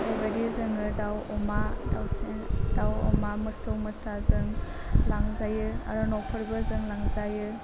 बेबायदि जोङो दाउ अमा दाउसिन दाउ अमा मोसौ मोसाजों लांजायो आरो न'फोरबो जों लांजायो